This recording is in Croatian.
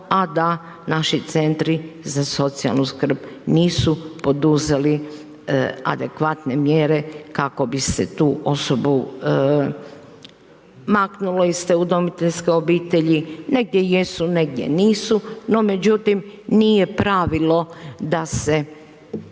a da naši centri za socijalnu skrb nisu poduzeli adekvatne mjere kako bi se tu osobu maknulo iz te udomiteljske obitelji, negdje jesu, negdje nisu, no međutim nije pravilo da se ljudima,